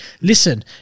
Listen